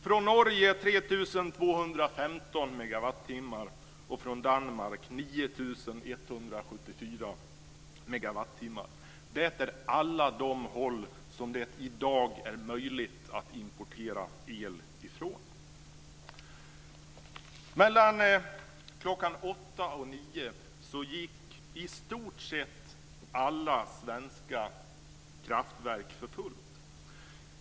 Från Norge har vi nettoimporterat 3 215 megawattimmar och från Danmark 9 174 megawattimmar. Det är alla de håll som det i dag är möjligt att importera el från. Mellan klockan åtta och klockan nio gick i stort sett alla svenska kraftverk för fullt.